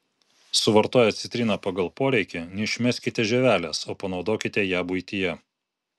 suvartoję citriną pagal poreikį neišmeskite žievelės o panaudokite ją buityje